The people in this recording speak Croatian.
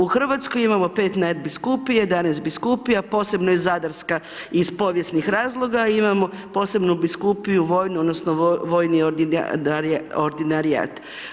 U Hrvatskoj imamo 5 Nadbiskupije, 11 Biskupija, posebno je Zadarska iz povijesnih razloga, imamo posebnu Biskupiju vojnu odnosno Vojni ordinarijat.